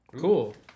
Cool